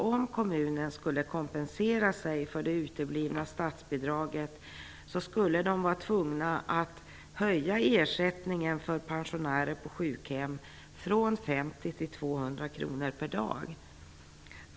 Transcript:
Om kommunen skulle kompensera sig för det uteblivna statsbidraget skulle man vara tvungen att höja ersättningen för pensionärer på sjukhem från 50 till 200 kr per dag.